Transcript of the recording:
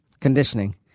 conditioning